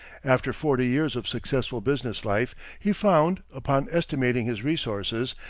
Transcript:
after forty years of successful business life, he found, upon estimating his resources,